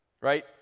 Right